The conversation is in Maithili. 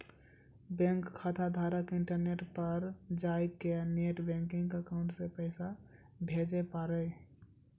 बैंक खाताधारक इंटरनेट पर जाय कै नेट बैंकिंग अकाउंट से पैसा भेजे पारै